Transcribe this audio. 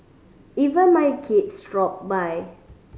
even my kids dropped by